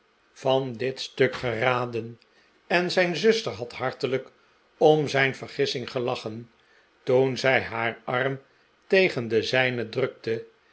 van dit stuk geraden en zijn zuster had hartelijk om zijn vergissing gelachen toen zij haar arm tegen den zijnen drukte